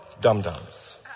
dum-dums